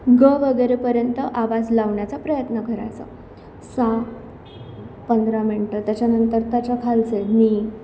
ग वगैरेपर्यंत आवाज लावण्याचा प्रयत्न करायचा सा पंधरा मिनटं त्याच्यानंतर त्याच्या खालचे नी